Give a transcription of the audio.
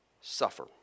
suffer